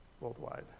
worldwide